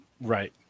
Right